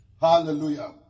Hallelujah